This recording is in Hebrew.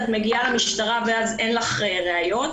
את מגיעה למשטרה ואז אין לך ראיות.